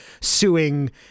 suing